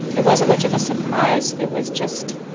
it wasn't much of a surprise. it was just